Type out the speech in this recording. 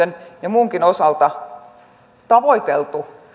kerran ilmastonmuutoksen ja muunkin osalta tavoitelleet